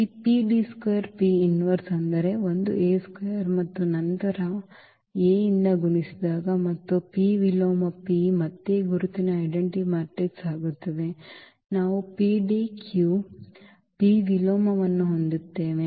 ಈ ಅಂದರೆ ಒಂದು A ಸ್ಕ್ವೇರ್ ಮತ್ತು ನಂತರ ಮತ್ತೆ A ಯಿಂದ ಗುಣಿಸಿದಾಗ ಮತ್ತು ಈ P ವಿಲೋಮ P ಮತ್ತೆ ಗುರುತಿನ ಮ್ಯಾಟ್ರಿಕ್ಸ್ ಆಗುತ್ತದೆ ಮತ್ತು ನಾವು PDQ P ವಿಲೋಮವನ್ನು ಹೊಂದುತ್ತೇವೆ